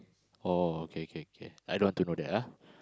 oh K K K I don't want to go there